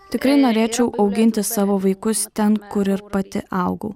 tikrai norėčiau auginti savo vaikus ten kur ir pati augau